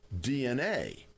DNA